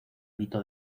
mito